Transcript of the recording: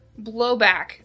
blowback